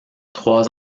trois